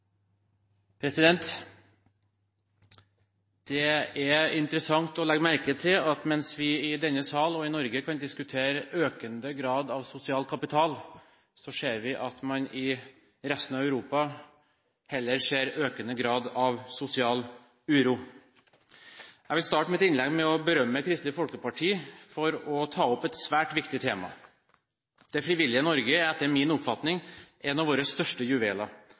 interessant å legge merke til at mens vi i denne sal og i Norge kan diskutere økende grad av sosial kapital, ser vi at man i resten av Europa heller ser økende grad av sosial uro. Jeg vil starte mitt innlegg med å berømme Kristelig Folkeparti for å ta opp et svært viktig tema. Det frivillige Norge er etter min oppfatning en av våre største juveler